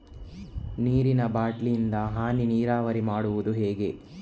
ನೀರಿನಾ ಬಾಟ್ಲಿ ಇಂದ ಹನಿ ನೀರಾವರಿ ಮಾಡುದು ಹೇಗೆ?